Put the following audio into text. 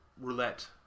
roulette